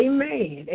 Amen